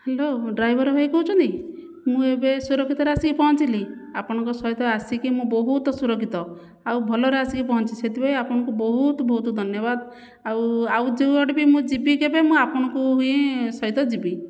hello driver ଭାଇ କହୁଛନ୍ତି ମୁଁ ଏବେ ସୁରକ୍ଷିତରେ ଆସିକି ପହଞ୍ଚିଲି ଆପଣଙ୍କ ସହିତ ଆସିକି ମୁଁ ବହୁତ ସୁରକ୍ଷିତ ଆଉ ଭଲରେ ଆସିକି ପହଞ୍ଚିଛି ସେଥିପାଇଁ ଆପଣଙ୍କୁ ବହୁତ ବହୁତ ଧନ୍ୟବାଦ ଆଉ ଆଉ ଯେଉଁ ଆଡ଼େ ବି ମୁଁ ଯିବି କେବେ ମୁଁ ଆପଣଙ୍କୁ ହିଁ ସହିତ ଯିବି